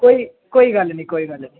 कोई कोई गल्ल नेईं कोई गल्ल नेईं